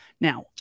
now